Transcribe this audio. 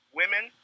women